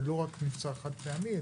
ולא רק מבצע חד פעמי,